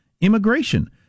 immigration